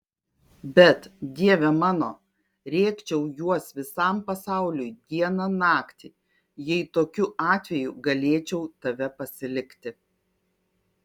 bet dieve mano rėkčiau juos visam pasauliui dieną naktį jei tokiu atveju galėčiau tave pasilikti